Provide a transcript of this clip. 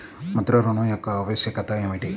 ముద్ర ఋణం యొక్క ఆవశ్యకత ఏమిటీ?